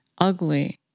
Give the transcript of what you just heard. ugly